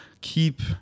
keep